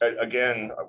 again